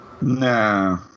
Nah